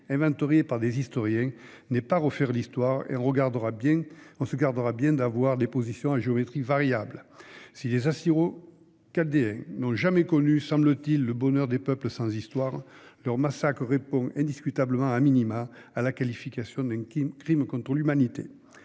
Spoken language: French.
inventoriés par des historiens n'est pas refaire l'histoire, et l'on se gardera bien d'avoir des positions à géométrie variable. Si les Assyro-Chaldéens n'ont jamais connu, semble-t-il, le bonheur des « peuples sans histoire », leur massacre répond indiscutablement,, à la qualification de crime contre l'humanité.